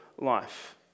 life